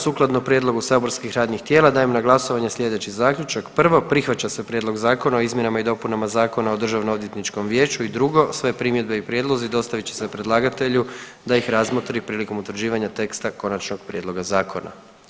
Sukladno prijedlogu saborskih radnih tijela dajem na glasovanje sljedeći zaključak: 1. Prihvaća se Prijedlog Zakona o izmjenama i dopunama Zakona o Državnoodvjetničkom vijeću; i 2. Sve primjedbe i prijedlozi dostavit će se predlagatelju da ih razmotri prilikom utvrđivanja teksta konačnog prijedloga zakona.